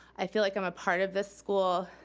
i feel like i'm a part of this school,